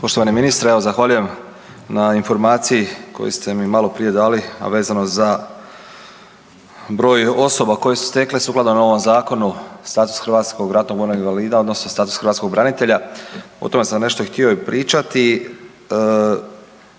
Poštovani ministre, evo zahvaljujem na informaciji koju ste mi maloprije dali a vezano za broj osoba koje su stekle sukladno ovom zakonu status hrvatskog ratnog vojnog invalida, odnosno status hrvatskog branitelja o tome sam nešto htio i pričati